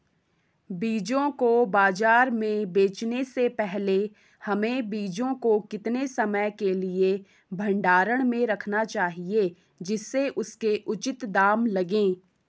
बीजों को बाज़ार में बेचने से पहले हमें बीजों को कितने समय के लिए भंडारण में रखना चाहिए जिससे उसके उचित दाम लगें?